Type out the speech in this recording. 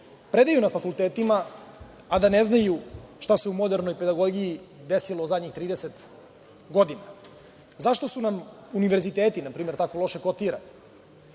predaju na fakultetima, a da ne znaju šta se u modernoj pedagogiji desilo zadnjih 30 godina. Zašto su nam univerziteti, na primer, tako loše kotirani?